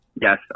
Yes